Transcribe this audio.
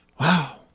Wow